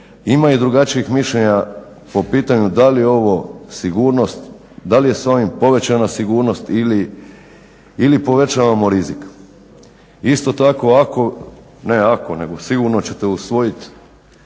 ima i drugačijih mišljenja po pitanju da li je ovo sigurnost, da li je s ovim povećana sigurnost ili povećavamo rizik. Isto tako ako, ne ako, sigurno ćete usvojit